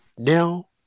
now